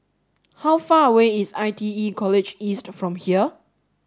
how far away is I T E College East from here